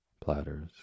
Platters